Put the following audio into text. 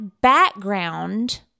background